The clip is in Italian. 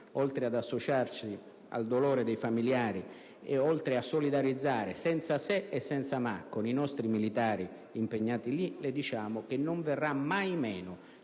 oltre ad associarci al dolore dei familiari e a solidarizzare, «senza se e senza ma», con i nostri militari impegnati in quel territorio, le diciamo che non verrà mai meno